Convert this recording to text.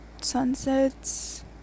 sunsets